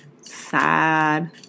sad